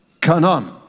Canaan